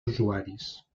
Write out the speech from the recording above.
usuaris